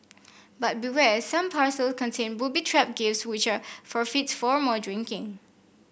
but beware some parcel contain booby trap gifts which are forfeits for more drinking